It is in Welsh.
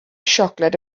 siocled